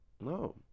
No